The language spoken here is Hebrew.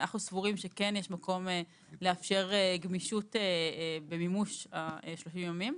אנחנו סבורים שכן יש מקום לאפשר גמישות במימוש ה-30 ימים,